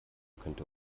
könnte